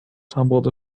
tumbled